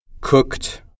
Cooked